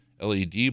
LED